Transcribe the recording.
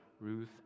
Ruth